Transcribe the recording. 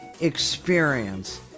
experience